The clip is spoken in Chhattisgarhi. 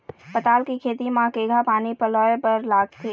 पताल के खेती म केघा पानी पलोए बर लागथे?